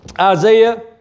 Isaiah